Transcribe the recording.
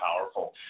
powerful